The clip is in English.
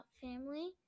family